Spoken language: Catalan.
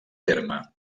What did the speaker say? terme